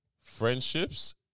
friendships